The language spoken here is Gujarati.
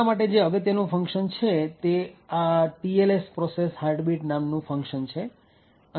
આપણા માટે જે અગત્યનું ફંક્શન છે તે આ tls process heartbeat નામનું ફંક્શન છે